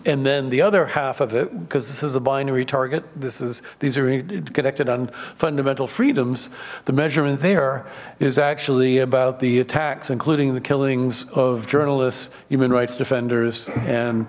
and then the other half of it because this is a binary target this is these are connected on fundamental freedoms the measurement there is actually about the attacks including the killings of journalists human rights defenders and